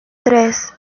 tres